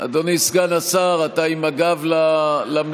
אדוני סגן השר, אתה עם הגב למליאה.